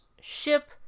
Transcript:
ship